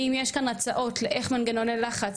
אם יש כאן הצעות לאיך מנגנוני לחץ,